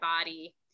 body